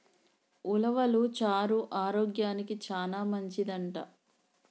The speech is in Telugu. ఉలవలు చారు ఆరోగ్యానికి చానా మంచిదంట